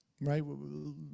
Right